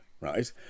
right